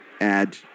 add